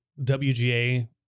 WGA